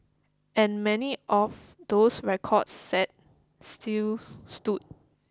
and many of those records set still stood